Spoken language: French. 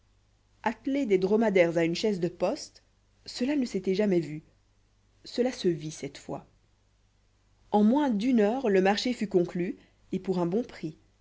atteler des dromadaires à une chaise de poste cela ne s'était jamais vu cela se vit cette fois en moins d'une heure le marché fut conclu et pour un bon prix